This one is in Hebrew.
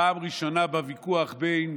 פעם ראשונה בוויכוח בין